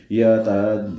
yatad